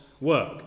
work